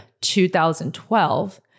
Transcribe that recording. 2012